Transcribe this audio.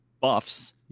buffs